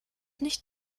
nicht